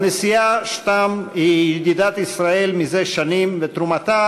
הנשיאה שטאם היא ידידת ישראל זה שנים ותרומתה